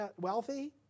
wealthy